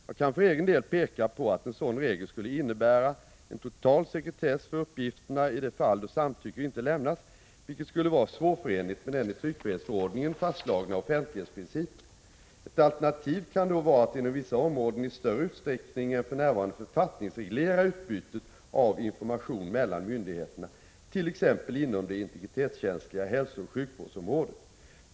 Jag kan för egen del peka på att en sådan regel skulle innebära en total sekretess för uppgifterna i de fall då samtycke inte lämnas, vilket skulle vara svårförenligt med den i tryckfrihetsförordningen fastslagna offentlighetsprincipen. Ett alternativ kan då vara att inom vissa områden i större utsträckning än för närvarande författningsreglera utbytet av information mellan myndigheterna, t.ex. inom det integritetskänsliga hälsooch sjukvårdsområdet.